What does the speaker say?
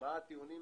מה הטיעונים,